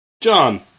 john